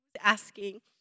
asking